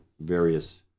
various